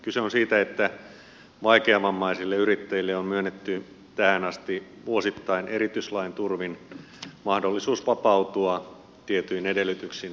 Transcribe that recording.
kyse on siitä että vaikeavammaisille yrittäjille on myönnetty tähän asti vuosittain erityislain turvin mahdollisuus vapautua tietyin edellytyksin arvonlisäverosta